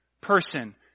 person